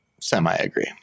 Semi-agree